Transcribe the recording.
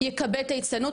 יקבל את ההצטיינות?